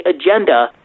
agenda